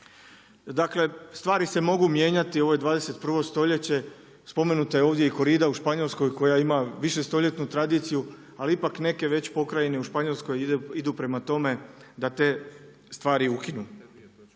Dakle stvari se mogu mijenjati, ovo je 21. stoljeće, spomenuta je ovdje i Korida u Španjolskoj koja ima višestoljetnu tradiciju, ali ipak neke već pokrajine u Španjolskoj idu prema tome da te stvari ukinu.